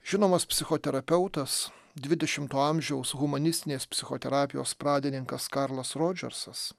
žinomas psichoterapeutas dvidešimto amžiaus humanistinės psichoterapijos pradininkas karlas rodžersas